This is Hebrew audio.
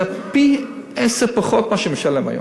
זה עשירית ממה שהוא משלם היום.